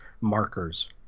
markers